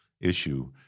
issue